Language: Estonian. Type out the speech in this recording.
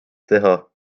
teha